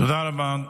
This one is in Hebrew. תודה רבה,